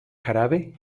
jarabe